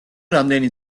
რამდენი